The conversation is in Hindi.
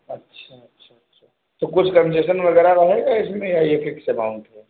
अच्छा अच्छा अच्छा तो कुछ कनशेसन वगैरह रहेगा इसमे या ये फिक्स एमौंट है